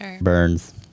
burns